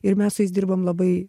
ir mes su jais dirbom labai